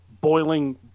boiling